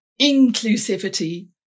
inclusivity